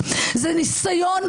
ששופטים --- רק תציין שהיה תיקון מאז,